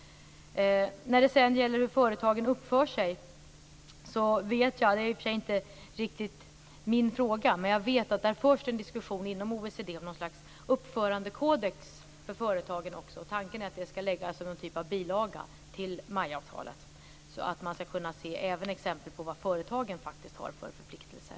När det gäller hur företagen uppför sig vet jag, även om det inte riktigt är min fråga, att det förs en diskussion inom OECD om något slags uppförandekodex för företagen. Tanken är att det skall utgöra någon form av bilaga till MAI-avtalet, så att man även skall kunna se exempel även på vad företagen faktiskt har för förpliktelser.